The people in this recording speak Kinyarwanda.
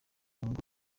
nyungu